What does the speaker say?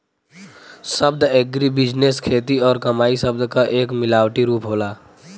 शब्द एग्रीबिजनेस खेती और कमाई शब्द क एक मिलावटी रूप होला